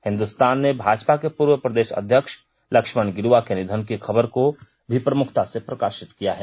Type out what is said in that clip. हिन्दुस्तान ने भाजपा के पूर्व प्रदेष अध्यक्ष लक्ष्माण गिलुवा के निधन की खबर को भी प्रमुखता से प्रकाषित किया है